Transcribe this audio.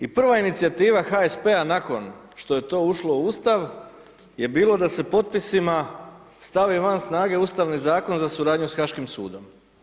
I prva inicijativa HSP-a nakon što je to ušlo u Ustav je bilo da se potpisima stavi van snage Ustavni zakon za suradnju sa Haškim sudom.